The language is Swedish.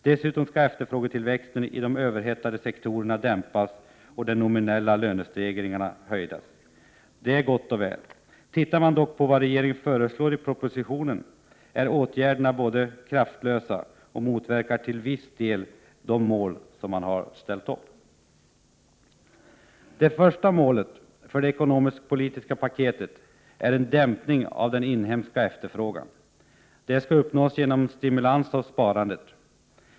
Dessutom skall efterfrågetillväxten i de överhettade sektorerna dämpas och den nominella lönestegringen hejdas. Detta är gott och väl. Tittar man dock på vad regeringen föreslår i propositionen finner man både att åtgärderna är kraftlösa och att de till viss del motverkar de mål man ställt upp. Det första målet för det ekonomisk-politiska paketet är en dämpning av den inhemska efterfrågan. Detta skall uppnås genom en stimulans av sparandet.